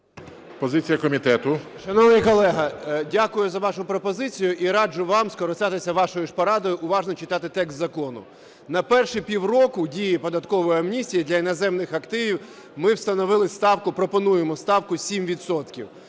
ГЕТМАНЦЕВ Д.О. Шановний колего, дякую за вашу пропозицію і раджу вам скористатися вашою ж порадою уважно читати текст закону. На перші півроку дії податкової амністії для іноземних активів ми встановили ставку, пропонуємо ставку 7